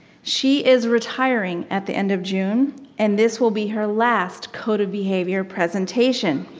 she is retiring at the end of june and this will be her last code of behavior presentation.